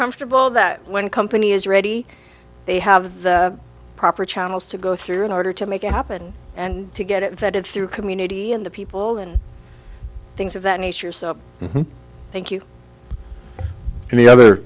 comfortable that when company is ready they have the proper channels to go through in order to make it happen and to get it vetted through community and the people and things of that nature so thank you and the other